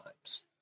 times